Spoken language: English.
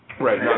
Right